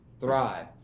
thrive